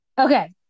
okay